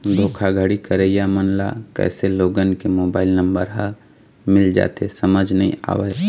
धोखाघड़ी करइया मन ल कइसे लोगन के मोबाईल नंबर ह मिल जाथे समझ नइ आवय